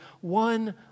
one